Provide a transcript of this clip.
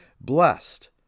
blessed